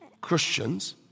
Christians